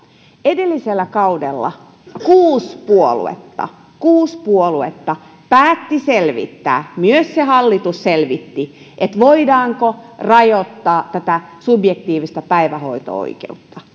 edellisellä kaudella kuusi puoluetta kuusi puoluetta päätti selvittää myös se hallitus selvitti voidaanko rajoittaa subjektiivista päivähoito oikeutta